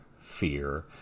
fear